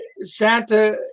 Santa